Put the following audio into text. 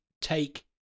take